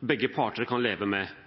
begge parter kan leve med?